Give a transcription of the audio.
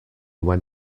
when